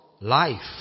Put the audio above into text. life